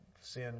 sin